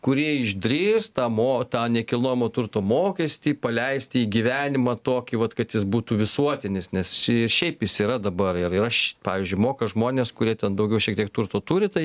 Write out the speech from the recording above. kurie išdrįs tą mo tą nekilnojamo turto mokestį paleisti į gyvenimą tokį vat kad jis būtų visuotinis nes šia šiaip jis yra dabar ir ir aš pavyzdžiui moka žmones kurie ten daugiau šiek tiek turto turi tai